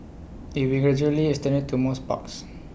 IT will gradually extended to more parks